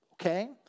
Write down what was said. okay